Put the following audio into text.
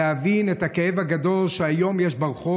להבין את הכאב הגדול שיש היום ברחוב,